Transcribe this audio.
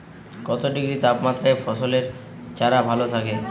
কত ডিগ্রি তাপমাত্রায় ফসলের চারা ভালো থাকে?